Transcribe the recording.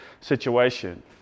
situation